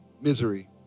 Misery